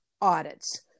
audits